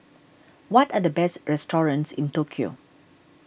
what are the best restaurants in Tokyo